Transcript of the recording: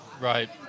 Right